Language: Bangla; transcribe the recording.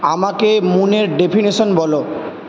আমাকে মুনের ডেফিনেশন বলো